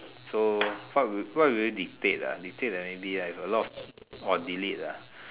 so what will what will we be paid ah be paid that maybe I got a lot of or delete ah